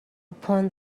upon